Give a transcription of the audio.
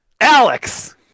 Alex